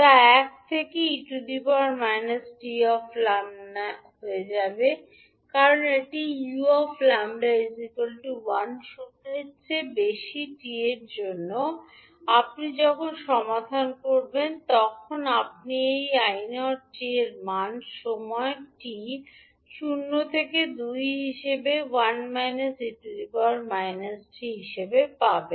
যা এক এবং e 𝑡 − 𝜆 হয়ে যাবে কারণ এটি u 𝜆 1 শূন্যের চেয়ে বেশি T এর জন্য আপনি যখন সমাধান করবেন তখন আপনি এই 𝑖0t এর মান সময় t শূন্য থেকে দুই হিসাবে 1 𝑒−𝑡 হিসাবে পাবেন